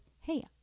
hey